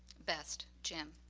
best, jim.